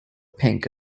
pink